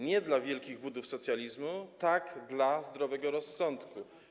Nie” dla wielkich budów socjalizmu, „tak” dla zdrowego rozsądku.